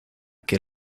que